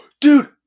Dude